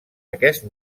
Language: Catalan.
aquest